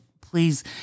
please